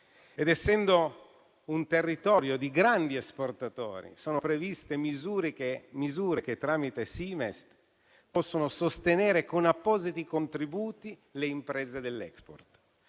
Essendo un territorio di grandi esportatori, sono previste misure che, tramite Simest, possono sostenere con appositi contributi le imprese dell'*export*.